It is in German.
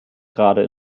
gerade